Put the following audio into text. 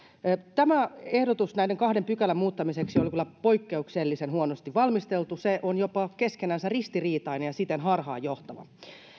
tämä ehdotus näiden kahden pykälän muuttamiseksi oli kyllä poikkeuksellisen huonosti valmisteltu se on jopa keskenänsä ristiriitainen ja siten harhaanjohtava